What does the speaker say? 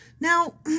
Now